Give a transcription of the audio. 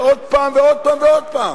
עוד פעם ועוד פעם ועוד פעם.